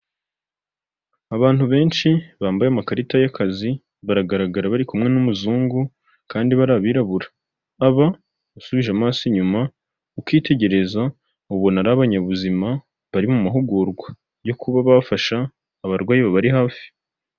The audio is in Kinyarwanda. Abantu benshi bambaye amakarita y'akazi baragaragara bari kumwe n'umuzungu kandi bo ari abirabura, aba usubije amaso inyuma ukitegereza ubona ari abanyabuzima bari mu mahugurwa yo kuba bafasha abarwayi bari hafi.